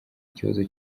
ikibazo